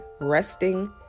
resting